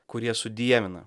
kurie sudievina